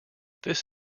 this